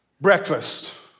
breakfast